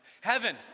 Heaven